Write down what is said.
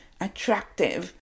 attractive